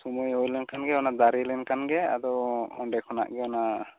ᱥᱳᱢᱚᱭ ᱦᱳᱭ ᱞᱮᱱ ᱠᱷᱟᱱ ᱜᱮ ᱫᱟᱨᱮ ᱞᱮᱱ ᱠᱷᱟᱱ ᱜᱮ ᱟᱫᱚ ᱚᱸᱰᱮ ᱠᱷᱚᱱᱟᱜ ᱜᱮ ᱚᱱᱟ